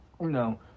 no